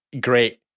great